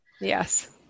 Yes